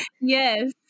Yes